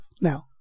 now